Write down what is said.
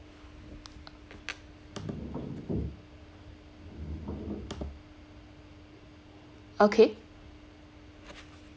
okay